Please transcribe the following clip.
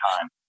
time